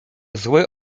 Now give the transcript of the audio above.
zły